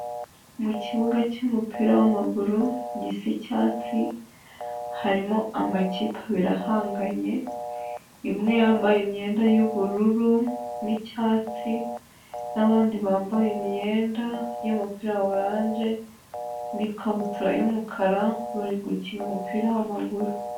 Mu kibuga cy'umupira w'amaguru gisa icyatsi, harimo amakipe abiri ahanganye imwe yambaye imyenda y'ubururu n'icyatsi n'abandi bambaye imyenda y'umupira wa oranje n'ikabutura yumukara, bari gukina umupira w'amaguru.